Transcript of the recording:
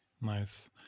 nice